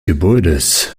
gebäudes